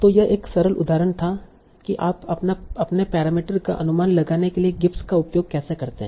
तो यह एक सरल उदाहरण था कि आप अपने पैरामीटर का अनुमान लगाने के लिए गिब्स का उपयोग कैसे करते हैं